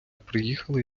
приїхали